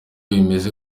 bimeze